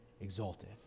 exalted